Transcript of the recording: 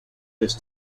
this